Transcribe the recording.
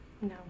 No